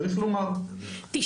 צריך לומר --- תשמע,